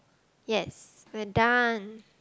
yes we're done